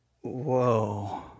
Whoa